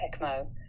ECMO